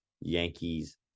Yankees